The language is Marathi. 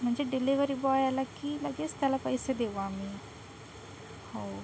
म्हणजे डिलिवरी बॉय आला की लगेच त्याला पैसे देऊ आम्ही हो